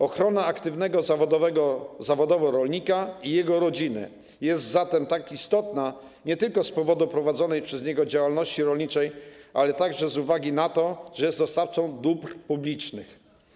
Ochrona aktywnego zawodowo rolnika i jego rodziny jest zatem istotna nie tylko z powodu prowadzonej przez niego działalności rolniczej, ale także z uwagi na to, że jest dostawcą dóbr publicznych.